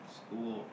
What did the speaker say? school